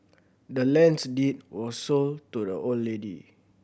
the land's deed was sold to the old lady